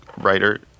writer